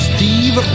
Steve